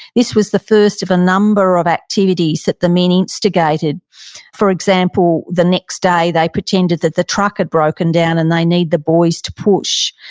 this was the first of a number of activities that the men instigated for example, the next day they pretended that the truck had broken down and they need the boys to push.